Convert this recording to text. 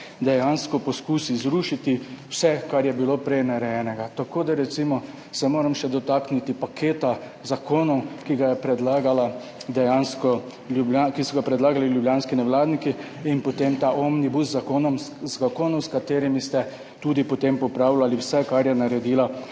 dejansko poskusi zrušiti vse, kar je bilo prej narejenega. Tako da se recimo moram dotakniti še paketa zakonov, ki so ga predlagali ljubljanski nevladniki, in potem ta omnibus zakonov, s katerimi ste tudi potem popravljali vse, kar je naredila